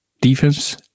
defense